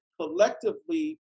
Collectively